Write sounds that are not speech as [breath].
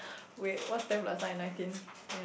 wait what's ten plus nine nineteen [breath] yea